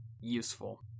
useful